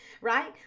right